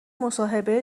مصاحبه